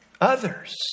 others